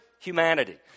Humanity